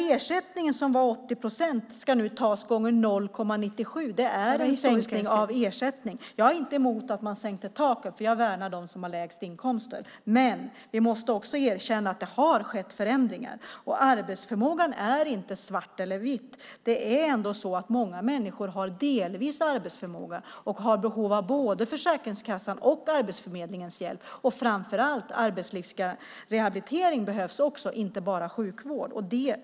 Den ersättning som var 80 procent ska nu tas gånger 0,97. Det är en sänkning av ersättningen. Jag är inte emot att man sänkte taket. Jag värnar dem som har lägst inkomster. Men vi måste också erkänna att det har skett förändringar. Arbetsförmågan är inte svart eller vit. Många människor har delvis arbetsförmåga och har behov av både Försäkringskassans och Arbetsförmedlingens hjälp. Framför allt behövs arbetslivsrehabilitering också, och inte bara sjukvård, och det saknar jag.